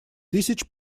тысяч